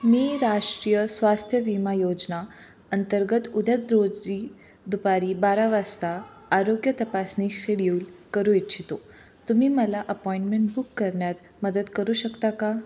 मी राष्ट्रीय स्वास्थ्य विमा योजना अंतर्गत उद्या द्रोजी दुपारी बारा वासता आरोग्य तपासणी शेड्यूल करू इच्छितो तुम्ही मला अपॉइंटमेंट बुक करण्यात मदत करू शकता का